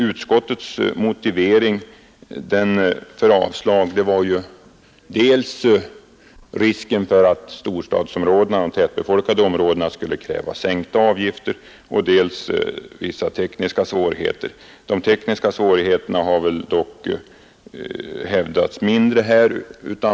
Utskottets motivering för avslag på motionen är dels risken för att man i de tätbefolkade områdena skulle kunna kräva sänkta avgifter, dels vissa tekniska svårigheter. De tekniska svårigheterna har man inte tryckt på så mycket.